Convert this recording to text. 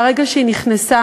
מהרגע שהיא נכנסה.